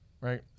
right